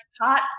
hot